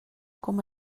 coma